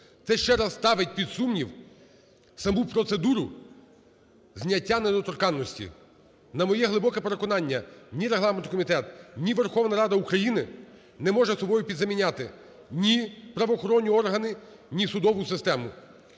Це ще раз ставить під сумнів саму процедуру зняття недоторканності. На моє глибоке переконання, ні регламентний комітет, ні Верховна Рада України не можуть собою підзаміняти ні правоохоронні органи, ні судову систему.